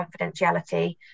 confidentiality